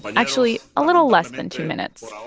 but actually, a little less than two minutes.